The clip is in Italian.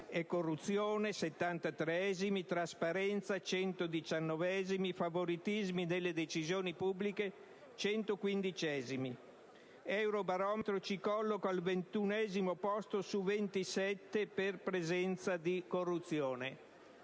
e corruzione (settantatreesimi), trasparenza (centodiciannovesimi) e favoritismi nelle decisioni pubbliche (centoquindicesimi). Eurobarometro ci colloca al ventunesimo posto su 27 per presenza di corruzione.